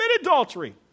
adultery